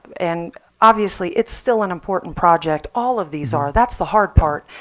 and obviously it's still an important project. all of these are. that's the hard part.